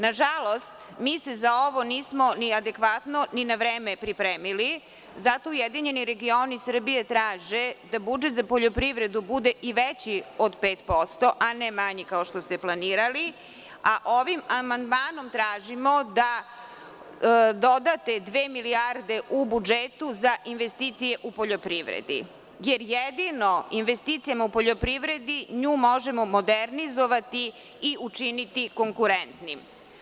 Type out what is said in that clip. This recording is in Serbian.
Nažalost, za ovo se nismo ni adekvatno ni na vreme pripremili i zato URS traže da budžet za poljoprivredu bude i veći od 5% a ne manji, kao što ste planirali, a ovim amandmanom tražimo da dodate 2 milijarde u budžetu za investicije u poljoprivredi jer jedino investicijama u poljoprivredi nju možemo modernizovati i učiniti konkurentnim.